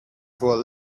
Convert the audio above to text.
for